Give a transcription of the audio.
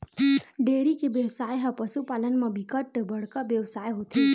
dairy के बेवसाय ह पसु पालन म बिकट बड़का बेवसाय होथे